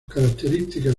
características